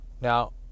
Now